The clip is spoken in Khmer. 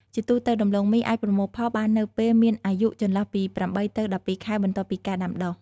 ជាទូទៅ ដំឡូងមីអាចប្រមូលផលបាននៅពេលមានអាយុចន្លោះពី ៨ ទៅ ១២ ខែ បន្ទាប់ពីការដាំដុះ។